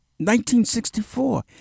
1964